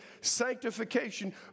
sanctification